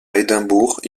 édimbourg